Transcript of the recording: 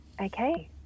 Okay